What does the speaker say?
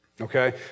Okay